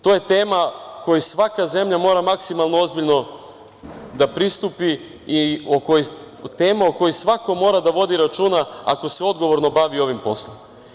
To je tema kojoj svaka zemlja mora maksimalno ozbiljno da pristupi i tema o kojoj svako mora da vodi računa ako se odgovorno bavi ovim poslom.